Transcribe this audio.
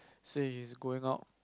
says he's going out